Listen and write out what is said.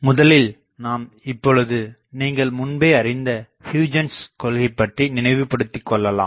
முதலில் நாம் இப்பொழுது நீங்கள் முன்பே அறிந்த ஹியூஜென்ஸ் கொள்கை பற்றி நினைவு படுத்திக் கொள்ளலாம்